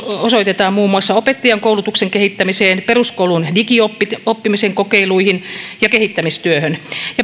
osoitetaan muun muassa opettajankoulutuksen kehittämiseen peruskoulun digioppimisen kokeiluihin ja kehittämistyöhön